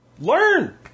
Learn